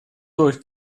durch